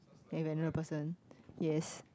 then if I know the person yes